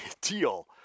Deal